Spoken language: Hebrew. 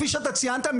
כפי שאתה ציינת,